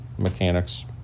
mechanics